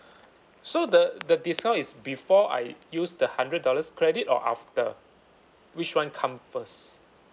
so the the discount is before I use the hundred dollars credit or after which [one] come first